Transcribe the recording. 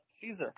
Caesar